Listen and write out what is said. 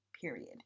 period